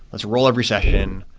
let's roll every session.